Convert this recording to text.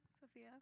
Sophia